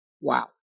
wow